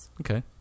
okay